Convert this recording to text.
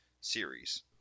series